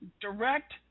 direct